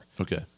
Okay